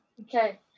Okay